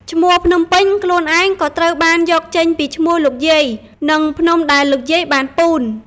ឈ្មោះ "ភ្នំពេញ" ខ្លួនឯងក៏ត្រូវបានយកចេញពីឈ្មោះលោកយាយ និងភ្នំដែលលោកយាយបានពូន។